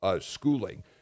schooling